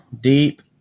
deep